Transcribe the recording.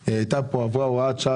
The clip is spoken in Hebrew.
וחצי-שנתיים עברה כאן הוראת שעה,